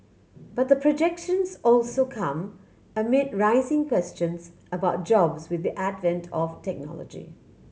but the projections also come amid rising questions about jobs with the advent of technology